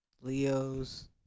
Leos